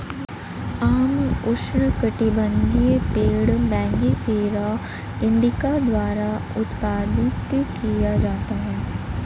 आम उष्णकटिबंधीय पेड़ मैंगिफेरा इंडिका द्वारा उत्पादित किया जाता है